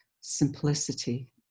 simplicity